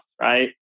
right